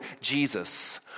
Jesus